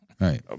Right